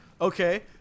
Okay